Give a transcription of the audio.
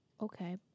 Okay